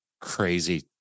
crazy